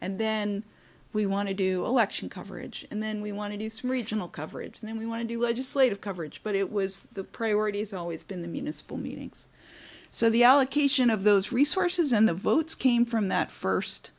and then we want to do election coverage and then we want to do some regional coverage and then we want to do legislative coverage but it was the priorities always been the municipal meetings so the allocation of those resources and the votes came from that first